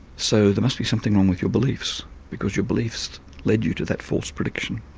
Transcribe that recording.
so there must be something wrong with your beliefs, because your beliefs led you to that false prediction.